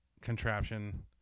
contraption